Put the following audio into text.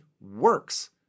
works